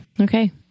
Okay